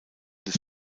des